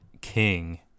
king